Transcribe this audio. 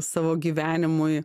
savo gyvenimui